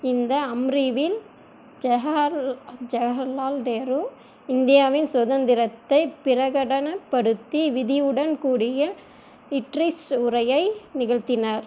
இந்த அமரிவில் ஜவஹர்லால் நேரு இந்தியாவின் சுதந்திரத்தைப் பிரகடனப்படுத்தி விதியுடன் கூடிய ட்ரிஸ்ட் உரையை நிகழ்த்தினார்